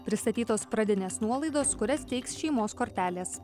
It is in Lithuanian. pristatytos pradinės nuolaidos kurias teiks šeimos kortelės